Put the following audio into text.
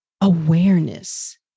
Awareness